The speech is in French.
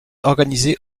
organisé